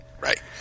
Right